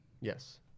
Yes